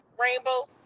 rainbow